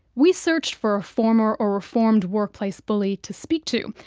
we searched for a former or reformed workplace bully to speak to,